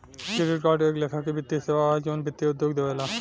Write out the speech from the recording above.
credit card एक लेखा से वित्तीय सेवा ह जवन वित्तीय उद्योग देवेला